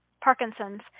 Parkinson's